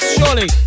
surely